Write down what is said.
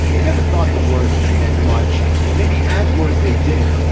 i never thought the words meant much and maybe as words they didn't.